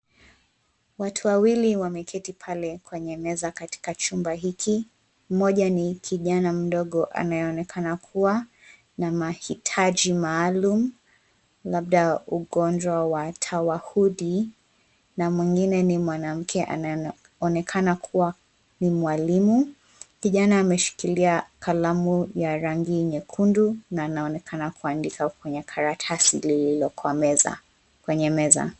Watu wawili wemeketi pale kwenye meza katika chumba hiki. Mmoja ni kijana mdogo anayeonekana kuwa na mahitaji maalum labda ugonjwa wa tawahudi na mwingine ni mwanamke anayeonekana kuwa ni mwalimu. Kijana ameshikilia kalamu ya rangi nyekundu na anaonekana kuandika kwenye karatasi lilio kwa meza kwenye meza.